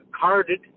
carded